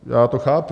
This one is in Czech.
Já to chápu.